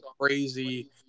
crazy